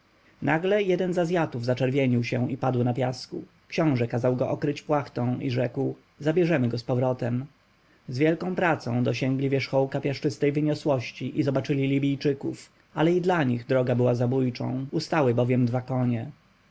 nagle jeden z azjatów zaczerwienił się i padł na piasku książę kazał go okryć płachtą i rzekł zabierzemy go zpowrotem z wielką pracą dosięgli wierzchołka piaszczystej wyniosłości i zobaczyli libijczyków ale i dla nich droga była zabójczą ustały bowiem dwa konie